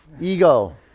eagle